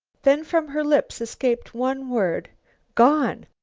then from her lips escaped one word gone!